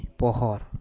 pohor